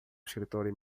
escritório